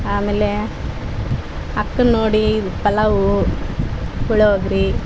ಆಮೇಲೇ ಅಕ್ಕನ ನೋಡಿ ಪಲಾವು ಪುಳೋಗ್ರೆ